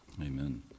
Amen